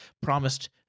promised